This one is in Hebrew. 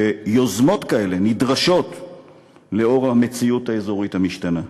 ויוזמות כאלה נדרשות לאור המציאות האזורית המשתנה.